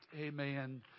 Amen